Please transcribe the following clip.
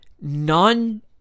non